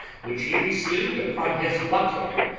which he received upon his buckler,